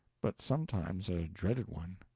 but sometimes a dreaded one.